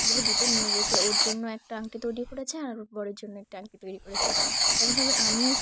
বলে দুটো নিয়ে গিয়েছে ওর জন্য একটা আংটি তৈরি করেছে আর ওর বরের জন্য একটা আংটি তৈরি করেছে এরকমভাবে আমি